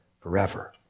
forever